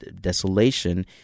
desolation